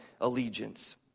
allegiance